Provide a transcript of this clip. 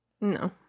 No